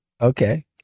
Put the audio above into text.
Okay